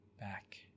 back